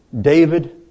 David